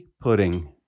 pudding